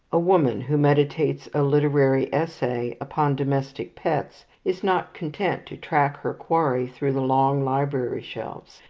a woman who meditates a literary essay upon domestic pets is not content to track her quarry through the long library shelves.